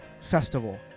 Festival